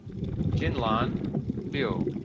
jinlan liu,